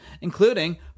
including